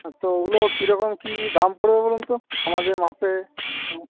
তো ওগুলো কীরকম কী দাম পড়বে বলুন তো আমাদের মাপে